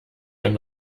ein